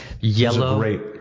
yellow